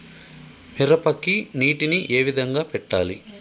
మిరపకి నీటిని ఏ విధంగా పెట్టాలి?